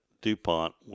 DuPont